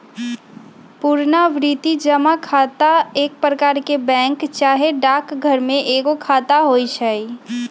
पुरनावृति जमा खता एक प्रकार के बैंक चाहे डाकघर में एगो खता होइ छइ